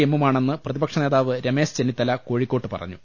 എമ്മുമാണെന്ന് പ്രതിപക്ഷ നേതാവ് രമേശ് ചെന്നിത്തല കോഴിക്കോട്ട് പറഞ്ഞു